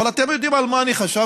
אבל אתם יודעים על מה אני חשבתי?